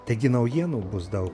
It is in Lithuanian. taigi naujienų bus daug